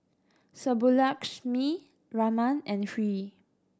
Subbulakshmi Raman and Hri